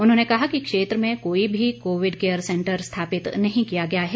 उन्होंने कहा कि क्षेत्र में कोई भी कोविड केयर सेंटर स्थापित नहीं किया गया है